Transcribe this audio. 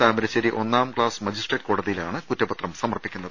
താമരശേരി ഒന്നാം class magistrate കോടതിയിലാണ് കുറ്റപത്രം സമർപ്പിക്കുന്നത്